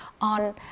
on